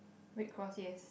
red cross yes